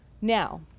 now